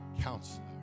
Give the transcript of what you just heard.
counselor